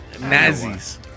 Nazis